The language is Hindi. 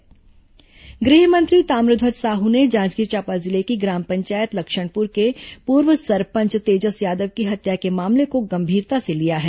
गृह मंत्री निर्देश गृह मंत्री ताम्रध्यज साहू ने जांजगीर चांपा जिले की ग्राम पंचायत लक्षनपुर के पूर्व सरपंच तेजस यादव की हत्या के मामले को गंभीरता से लिया है